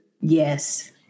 Yes